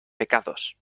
pecados